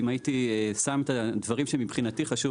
אם הייתי שם את הדברים שמבחינתי חשוב